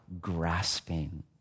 grasping